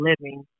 living